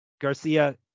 Garcia